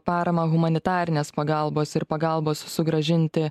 paramą humanitarinės pagalbos ir pagalbos sugrąžinti